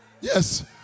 Yes